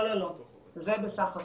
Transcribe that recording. לא, זה בסך הכול,